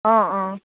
অঁ অঁ